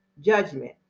judgment